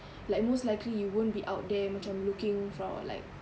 like most likely you won't be out there macam looking for like